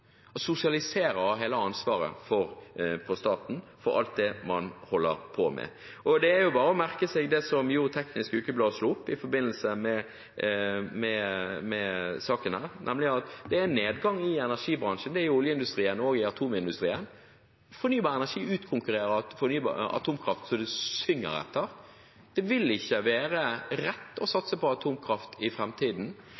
og sosialiserer hele ansvaret for alt det man holder på med, på staten. Det er bare å merke seg det som Teknisk Ukeblad slo opp i forbindelse med saken, nemlig at det er nedgang i energibransjen – i oljeindustrien og atomindustrien. Fornybar energi utkonkurrerer atomkraft så det synger. Det vil ikke være rett å